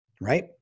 Right